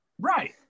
Right